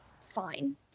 Fine